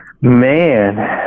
Man